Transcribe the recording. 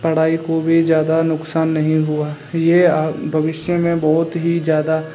पढ़ाई को भी ज़्यादा नुकसान नहीं हुआ यह भविष्य में बहुत ही ज़्यादा